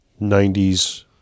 90s